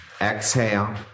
Exhale